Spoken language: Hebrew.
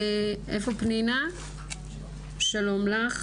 שלום לך,